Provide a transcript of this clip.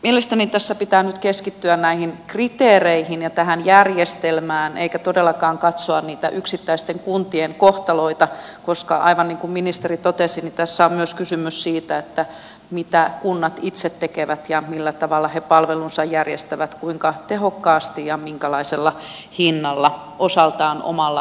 mielestäni tässä pitää nyt keskittyä näihin kriteereihin ja tähän järjestelmään eikä pidä todellakaan katsoa yksittäisten kuntien kohtaloita koska aivan niin kuin ministeri totesi tässä on kysymys myös siitä mitä kunnat itse tekevät ja millä tavalla he palvelunsa järjestävät kuinka tehokkaasti ja minkälaisella hinnalla osaltaan omalla tulorahoituksellaan